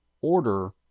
order